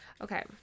Okay